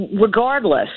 Regardless